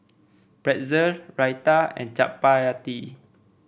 Pretzel Raita and Chapati